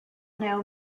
know